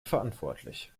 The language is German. verantwortlich